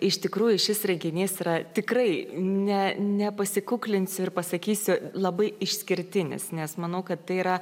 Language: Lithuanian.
iš tikrųjų šis reginys yra tikrai ne nepasikuklinsiu ir pasakysiu labai išskirtinis nes manau kad tai yra